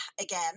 again